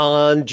on